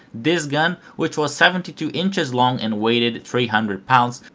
this gun, which was seventy two inches long and weighed three hundred pounds,